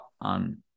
on